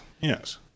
Yes